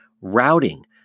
routing